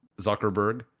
Zuckerberg